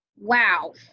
Wow